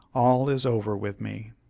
all is over with me!